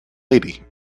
lady